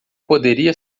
poderia